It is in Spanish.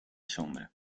sombra